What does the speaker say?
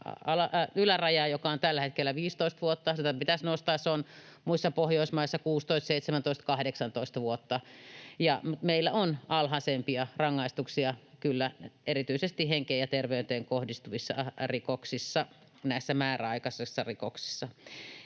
ylärajaa, joka on tällä hetkellä 15 vuotta. Sitä pitäisi nostaa. Se on muissa Pohjoismaissa 16—18 vuotta. Meillä kyllä on alhaisempia rangaistuksia erityisesti henkeen ja terveyteen kohdistuvissa rikoksissa, näissä määräaikaisissa rikoksissa.